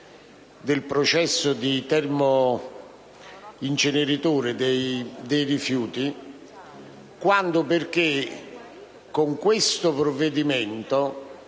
Grazie